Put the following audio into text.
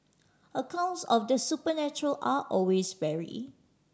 accounts of the supernatural are always vary